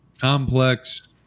complex